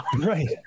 right